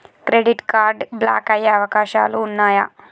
Credit card block అయ్యే అవకాశాలు ఉన్నయా?